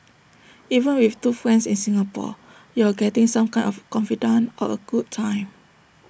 even with two friends in Singapore you're getting some kind of confidante or A good time